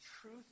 truth